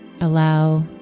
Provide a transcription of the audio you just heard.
allow